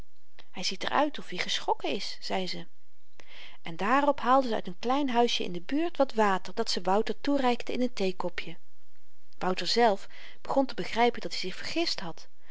hy ziet er uit of-i geschrokken is zei ze en daarop haalde ze uit n klein huisjen in de buurt wat water dat ze wouter toereikte in een theekopje wouter zelf begon te begrypen dat-i zich vergist had